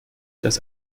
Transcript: das